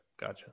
Gotcha